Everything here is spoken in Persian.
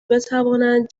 بتوانند